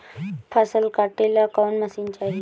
फसल काटेला कौन मशीन चाही?